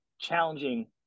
challenging